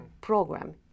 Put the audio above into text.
program